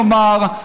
נאמר,